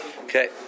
Okay